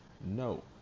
No